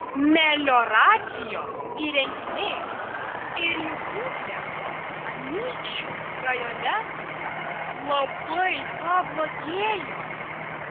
melioracijos įrenginiai ir jų būklė anykščių rajone labai pablogėjo